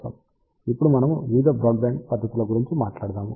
ఇప్పుడు మనము వివిధ బ్రాడ్బ్యాండ్ పద్ధతుల గురించి మాట్లాడుతాము